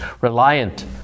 reliant